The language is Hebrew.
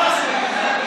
חברת הכנסת רוזין, לא צריך.